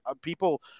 people